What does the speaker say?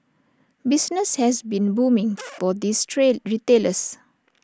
business has been booming for these retailers